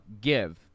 give